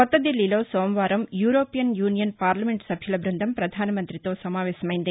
కొత్త దిల్లీలో సోమవారం యూరోపియన్ యూనియన్ పార్లమెంట్ సభ్యుల బ్బందం వ్రధాన మంతితో సమావేశమైంది